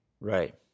Right